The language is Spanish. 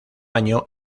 año